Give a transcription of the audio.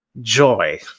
Joy